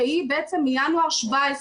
שהיא מינואר 17',